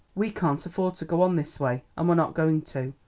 we can't afford to go on this way, and we're not going to.